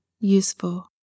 useful